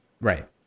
Right